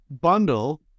bundle